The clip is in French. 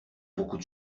beaucoup